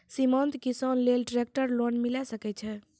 सीमांत किसान लेल ट्रेक्टर लोन मिलै सकय छै?